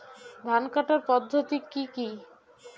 ধান কাটার পদ্ধতি কি কি?